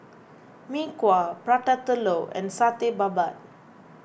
Mee Kuah Prata Telur and Satay Babat